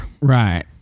Right